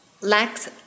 lacks